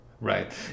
Right